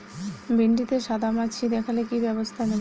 ভিন্ডিতে সাদা মাছি দেখালে কি ব্যবস্থা নেবো?